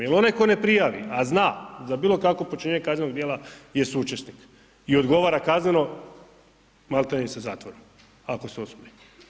Jer onaj tko ne prijavi, a zna za bilo kakvo počinjenje kaznenog djela je saučesnik i odgovara kazneno maltene i sa zatvorom, ako se osudi.